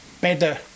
better